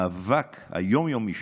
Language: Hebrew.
ובמאבק היום-יומי שלכם,